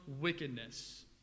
wickedness